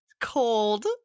Cold